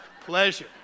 pleasure